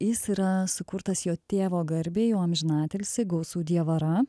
jis yra sukurtas jo tėvo garbei o amžinatilsį gausu diavara